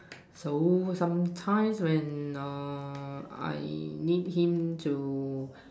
so sometimes when err I need him to